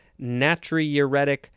natriuretic